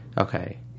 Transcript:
okay